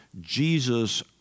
Jesus